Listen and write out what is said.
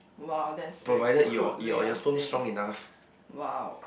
!wow! that's very crude way of saying !wow!